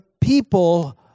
people